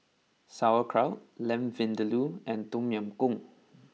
Sauerkraut Lamb Vindaloo and Tom Yam Goong